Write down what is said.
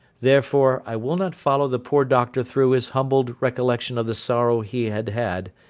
therefore, i will not follow the poor doctor through his humbled recollection of the sorrow he had had,